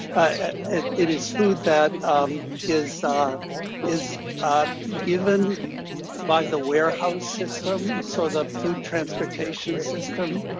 and it is food that is is given by the warehouse system. so the food transportation system.